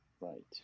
Right